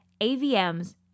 AVMs